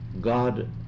God